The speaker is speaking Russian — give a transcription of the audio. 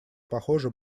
похоже